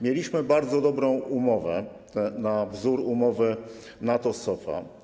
Mieliśmy bardzo dobrą umowę na wzór umowy NATO SOFA.